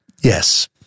yes